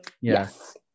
Yes